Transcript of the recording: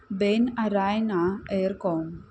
बेन अरायना एअरकॉम